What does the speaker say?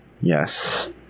Yes